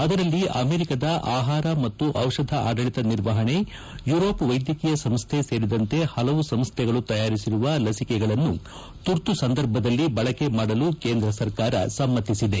ಅದರಲ್ಲಿ ಅಮೆರಿಕದ ಆಹಾರ ಮತ್ತು ದಿಷಧ ಆಡಳತ ನಿರ್ವಹಣೆ ಯೂರೋಪ್ ವೈದ್ಯಕೀಯ ಸಂಸ್ಹೆ ಸೇರಿದಂತೆ ಹಲವು ಸಂಸ್ಥೆಗಳು ತಯಾರಿಸಿರುವ ಲಸಿಕೆಗಳನ್ನು ತುರ್ತು ಸಂದರ್ಭದಲ್ಲಿ ಬಳಕೆ ಮಾಡಲು ಕೇಂದ್ರ ಸರ್ಕಾರ ಸಮ್ನತಿಸಿದೆ